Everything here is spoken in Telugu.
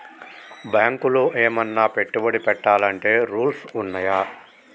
బ్యాంకులో ఏమన్నా పెట్టుబడి పెట్టాలంటే రూల్స్ ఉన్నయా?